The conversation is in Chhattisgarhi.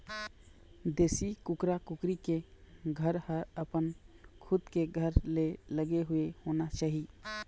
देशी कुकरा कुकरी के घर ह अपन खुद के घर ले लगे हुए होना चाही